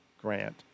grant